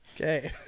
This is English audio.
Okay